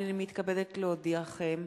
הנני מתכבדת להודיעכם,